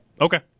Okay